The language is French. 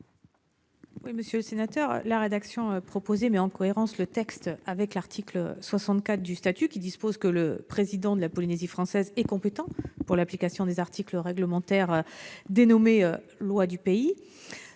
? Monsieur le sénateur, la rédaction prévue met en cohérence le texte avec l'article 64 du statut, qui dispose que le président de la Polynésie française est compétent pour l'application des articles réglementaires dénommés loi du pays.